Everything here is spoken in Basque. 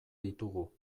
ditugu